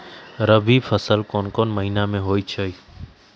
रबी फसल कोंन कोंन महिना में होइ छइ?